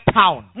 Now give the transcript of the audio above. town